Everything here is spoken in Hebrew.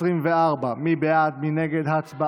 אורית מלכה סטרוק,